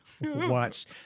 watch